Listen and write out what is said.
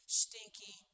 stinky